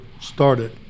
started